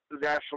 national